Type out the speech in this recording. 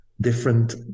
different